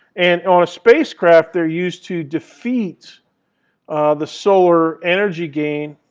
and on a spice craft, they're used to defeat the solar energy gain.